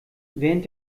während